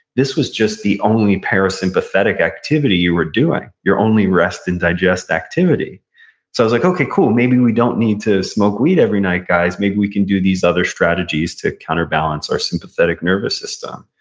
this was just the only parasympathetic activity you were doing, your only rest and digest activity so i was like, okay cool, maybe we don't need to smoke weed every night, guys. maybe we can do these other strategies to counterbalance our sympathetic nervous system.